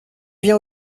viens